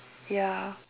ya